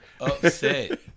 Upset